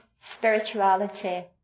spirituality